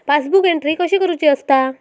Passbook entry कशी करुची असता?